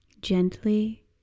Gently